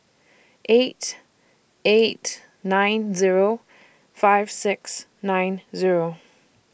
eight eight nine Zero five six nine Zero